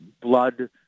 blood